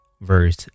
verse